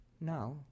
Now